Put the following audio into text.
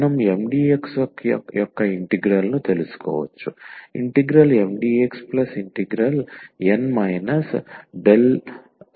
మనం Mdx యొక్క integral ను తెలుసుకోవచ్చు